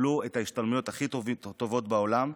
יקבלו את ההשתלמויות הכי טובות בעולם,